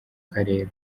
karere